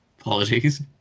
apologies